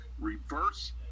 reverse